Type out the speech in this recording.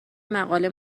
مقاله